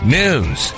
news